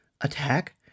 Attack